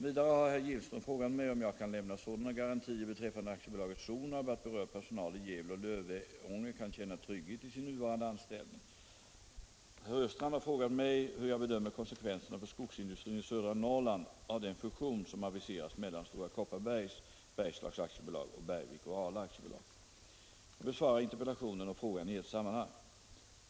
Vidare har herr Gillström frågat mig om jag kan lämna sådana garantier beträffande AB Sonab att berörd personal i Gävle och Lövånger kan känna trygghet i sin nuvarande anställning. Herr Östrand har frågat mig hur jag bedömer konsekvenserna för skogsindustrin i södra Norrland av den fusion som aviserats mellan Stora Kopparbergs Bergslags AB och Bergvik och Ala AB. Jag besvarar interpellationen och frågan i ett sammanhang.